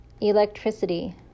Electricity